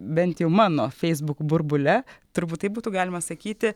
bent jau mano facebook burbule turbūt taip būtų galima sakyti